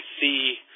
see